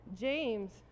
James